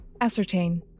ascertain